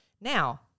Now